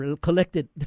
collected